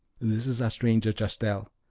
this is our stranger, chastel,